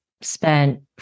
spent